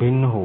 भिन्न होगा